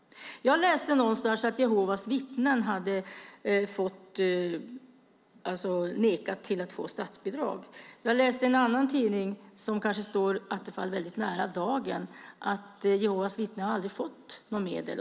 Jag läste någonstans att Jehovas vittnen hade nekats att få statsbidrag. Jag läste i en annan tidning som kanske står Attefall väldigt nära, nämligen Dagen, att Jehovas vittnen aldrig har fått statsmedel.